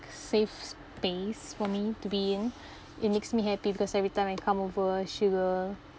safe space for me to be in it makes me happy because every time I come over she will